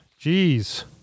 Jeez